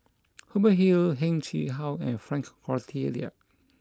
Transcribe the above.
Hubert Hill Heng Chee How and Frank Cloutier